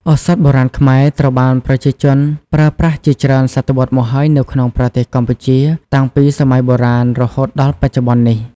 ឱសថបុរាណខ្មែរ ត្រូវបានប្រជាជនប្រើប្រាស់ជាច្រើនសតវត្សមកហើយនៅក្នុងប្រទេសកម្ពុជា តាំងពីសម័យបុរាណ រហូតដល់បច្ចុប្បន្ននេះ។